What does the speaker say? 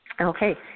Okay